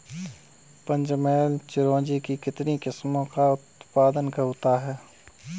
पंचमहल चिरौंजी की कितनी किस्मों का उत्पादन होता है?